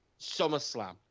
SummerSlam